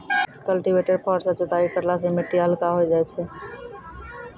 cultivator फार सँ जोताई करला सें मिट्टी हल्का होय जाय छै